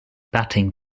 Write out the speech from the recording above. batting